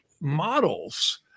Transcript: models